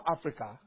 Africa